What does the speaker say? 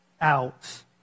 out